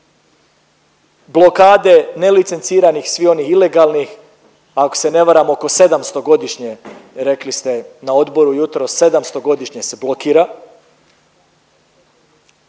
blokade, nelicenciranih, svih onih ilegalnih, a ako se ne varam oko 700 godišnje rekli ste na odboru jutros 700 godišnje se blokira.